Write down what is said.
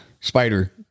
spider